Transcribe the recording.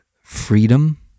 freedom